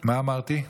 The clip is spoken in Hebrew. מה אמרתי?